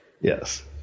Yes